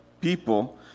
people